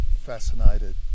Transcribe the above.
fascinated